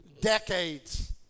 decades